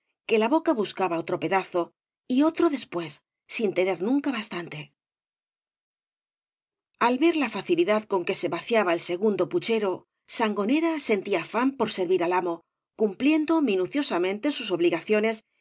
que la boca buscaba otro pedazo y otro después sin tener nunca bastante al ver la facilidad con que se vaciaba el so gundo puchero sangonera sentía afán por servir al amo cumpliendo minuciosamente sus obligaclones